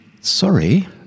sorry